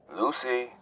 Lucy